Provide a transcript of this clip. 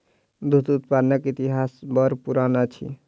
दूध उत्पादनक इतिहास बड़ पुरान अछि